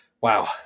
Wow